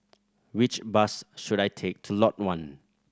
which bus should I take to Lot One